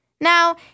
Now